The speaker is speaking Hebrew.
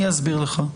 אני אסביר לך.